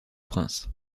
prince